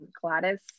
Gladys